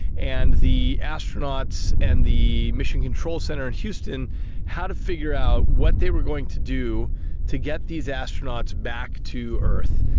and the astronauts and the mission control centre in houston had to figure out what they were going to do to get these astronauts back to earth.